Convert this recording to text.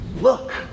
Look